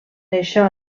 això